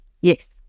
Yes